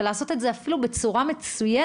ולעשות את זה בצורה מצוינת